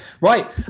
Right